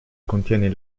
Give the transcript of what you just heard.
contiene